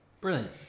Brilliant